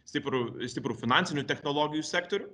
stiprų stiprų finansinių technologijų sektorių